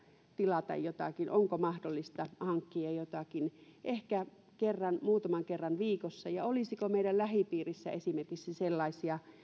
tilata jotakin onko mahdollista hankkia jotakin ehkä kerran muutaman kerran viikossa ja olisiko meidän lähipiirissämme esimerkiksi sellaisia